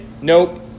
nope